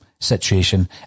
situation